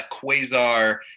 Quasar